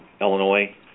Illinois